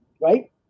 right